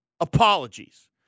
Apologies